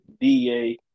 DA